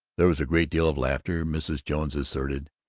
there was a great deal of laughter. mrs. jones asserted,